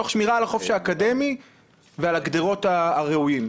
תוך שמירה על החופש האקדמי ועל הגדרות הראויים.